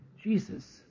Jesus